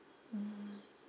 mm